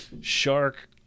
shark